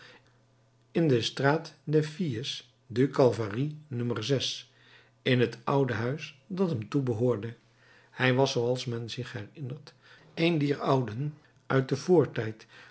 in de straat des filles du calvaire no in het oude huis dat hem toebehoorde hij was zooals men zich herinnert een dier ouden uit den voortijd